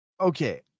Okay